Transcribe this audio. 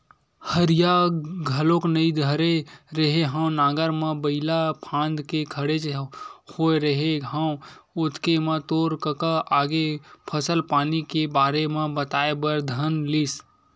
हरिया घलोक नइ धरे रेहे हँव नांगर म बइला फांद के खड़ेच होय रेहे हँव ओतके म तोर कका आगे फसल पानी के बारे म बताए बर धर लिस